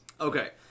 Okay